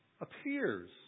appears